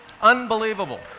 Unbelievable